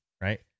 Right